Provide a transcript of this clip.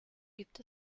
gibt